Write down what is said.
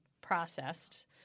processed